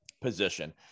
Position